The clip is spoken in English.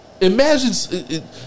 Imagine